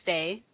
Stay